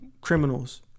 criminals